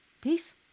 Peace